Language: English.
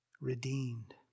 redeemed